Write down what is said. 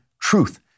TRUTH